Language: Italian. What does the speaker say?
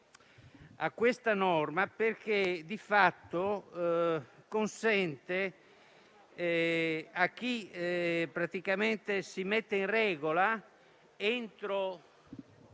a questa norma perché di fatto consente, a chi si mette in regola entro